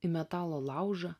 į metalo laužą